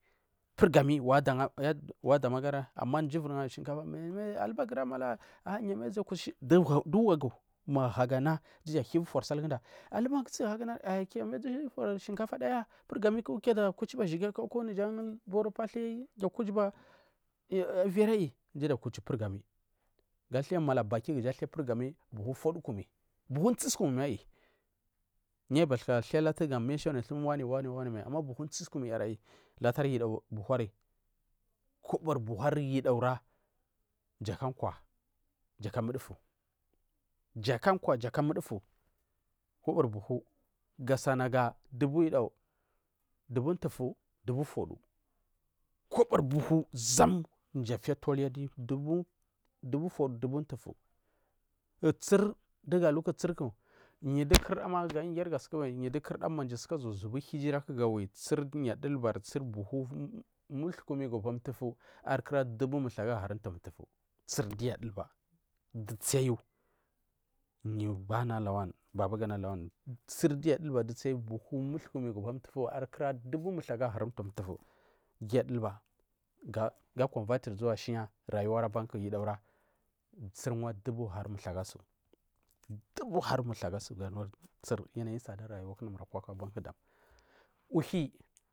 Purgami wangu adanu angara ama mji wirga shinkafa meme alubagura mala gu amai aja du wagu mahaguana nduga ahiya ufagu salgudu alubagu du wangu yu ama azu tari shikata purgamiku kul ajakuchiba shige kwa jan baru pathu vwa wiriyi mji ajakuchiba gathai mala baki kujathai buhu fodukumi buhu tsisukumi aiyi yu abathuka thai latuga mentionuri thumgu wani wani mai tsisukum aiyi kobari buhuri yudawura jakakwa jaka mudufu jakakwa jakamudugu kobori buhu gasana dubu yudugu duba mtugu dubu fodu kobori buhu zam mji atiya toliya adi dubu fodu dubu mtufu uchur uchur dugu uhiku yudukurda yu mamji suka zuwa gubaga uhigiraku gawi chur gui yu adulubari buhu multhukumigapomtutu akura dubumuthu agaharumtufu chur giyu adulba du tsiyu yu bana lawan babagana lawan chur duyu adulbadu du tsiyu buhu muthukunigapomtufu akura dubu muthu aga haru mtugu mtugu gul adulba ga combaturi zuwa shina rayuwarba yudagura churgwa dubu haru muthuagasu gadubari yanayi rayuwaku abanku uhuwi.